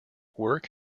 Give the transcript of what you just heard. work